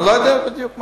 אני לא יודע בדיוק מה.